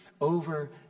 over